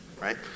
Right